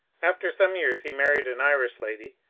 after some years he married an irish lady,